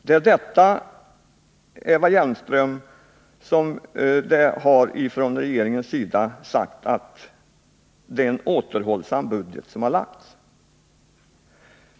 Det är det, Eva Hjelmström, som avses när man från regeringens sida sagt att det är en återhållsam budget som framlagts.